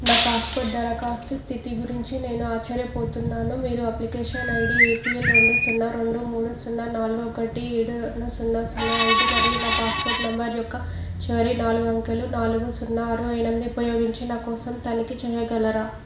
నా పాస్పోర్ట్ దరఖాస్తు స్థితి గురించి నేను ఆశ్చర్యపోతున్నాను మీరు అప్లికేషన్ ఐడీ ఏపిఎల్ రెండు సున్నా రెండు మూడు సున్నా నాలుగు ఒకటి ఏడు సున్నా సున్నా ఐదు మరియు నా పాస్పోర్ట్ నంబర్ యొక్క చివరి నాలుగు అంకెలు నాలుగు సున్నా ఆరు ఎనిమిది ఉపయోగించి నా కోసం తనిఖీ చేయగలరా